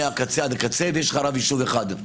מהקצה עד הקצה, ויש לך רב יישוב אחד.